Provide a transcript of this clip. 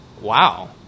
Wow